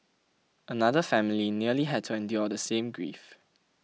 another family nearly had to endure the same grief